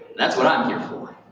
that's what i'm here for.